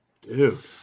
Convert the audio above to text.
dude